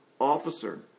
officer